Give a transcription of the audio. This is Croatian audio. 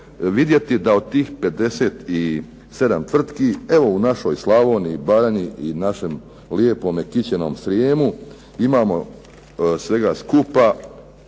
vidjeti da od tih 57 tvrtki evo u našoj Slavoniji, Baranji i našem lijepome kićenom Srijemu imamo svega skupa